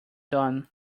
done